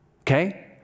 Okay